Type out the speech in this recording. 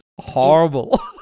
horrible